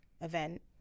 event